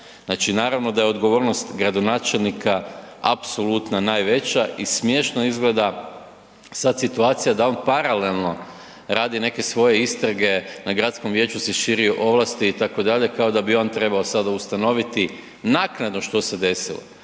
Znači naravno da je odgovornost gradonačelnika apsolutno najveća i smiješno izgleda sad situacija da on paralelno radi neke svoje istrage, na gradskom vijeću se širi ovlasti, itd., kao da bi on trebao sada ustanoviti naknadno što se desilo.